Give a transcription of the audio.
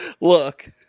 Look